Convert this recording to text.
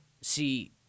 see